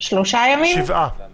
זה לא